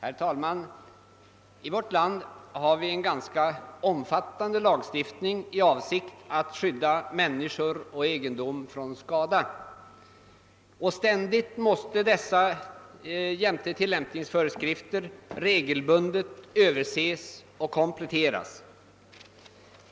Herr talman! I vårt land har vi en ganska omfattande lagstiftning i avsikt att skydda människor och egendom för skada, och den, jämte tillämpningsföreskrifter, måste regelbundet överses och kompletteras.